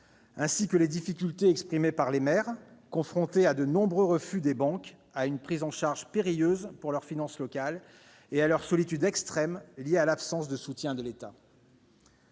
ainsi que les difficultés exprimées par les maires, confrontés à de nombreux refus des banques, à une prise en charge périlleuse pour leurs finances locales et à leur solitude extrême, liée à l'absence de soutien de l'État.